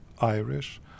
Irish